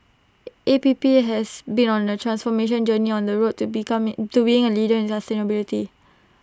A P P has been on A transformation journey on the road to becoming to being A leader in sustainability